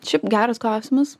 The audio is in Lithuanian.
šiaip geras klausimas